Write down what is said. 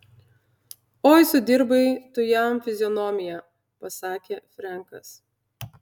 oi sudirbai tu jam fizionomiją pasakė frenkas